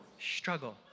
Struggle